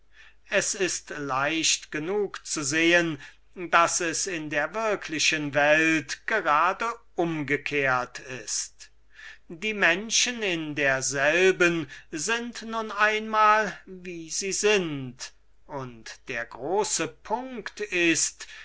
es war leicht genug zu sehen und doch sahen es diese herren nicht daß es in der würklichen welt gerade umgekehrt ist die menschen in derselben sind nun einmal wie sie sind und der große punkt ist